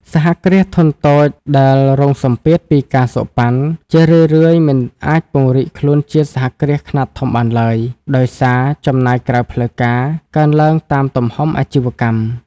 សហគ្រាសធុនតូចដែលរងសម្ពាធពី ការសូកប៉ាន់ ជារឿយៗមិនអាចពង្រីកខ្លួនជាសហគ្រាសខ្នាតធំបានឡើយ ដោយសារ "ចំណាយក្រៅផ្លូវការ" កើនឡើងតាមទំហំអាជីវកម្ម។